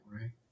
Right